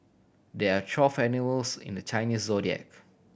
there are twelve animals in the Chinese Zodiac